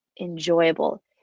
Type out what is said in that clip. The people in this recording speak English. enjoyable